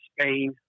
Spain